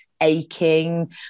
aching